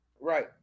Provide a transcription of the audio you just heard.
Right